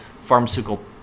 pharmaceutical